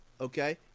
Okay